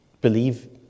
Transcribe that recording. believe